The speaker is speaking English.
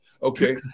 Okay